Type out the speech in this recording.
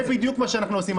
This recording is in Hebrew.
זה בדיוק מה שאנחנו עושים.